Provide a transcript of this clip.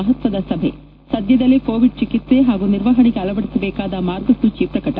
ಮಹತ್ವದ ಸಭೆ ಸದ್ಯದಲ್ಲೇ ಕೋವಿಡ್ ಚಿಕಿತ್ಪೆ ಹಾಗೂ ನಿರ್ವಹಣೆಗೆ ಅಳವಡಿಸಬೇಕಾದ ಮಾರ್ಗಸೂಚಿ ಪ್ರಕಟ